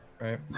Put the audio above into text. Right